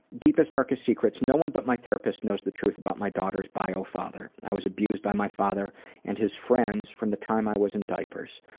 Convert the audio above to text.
deepest, darkest secrets, no one but my therapist knows the truth about my daughter's bio-father. i was abused by my father and his friends from the time i was in diapers.